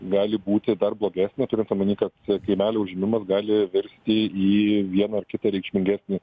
gali būti dar blogesnė turint omeny kad kaimelių užėmimas gali virsti į vieną ar kitą reikšmingesnį